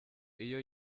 iyo